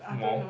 more